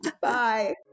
bye